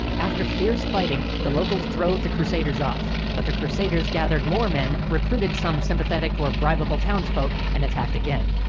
after fierce fighting, the locals drove the crusaders off. but the crusaders gathered more men recruited some sympathetic or bribable town's folk, and attacked again.